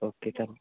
okay चल